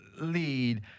lead